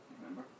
remember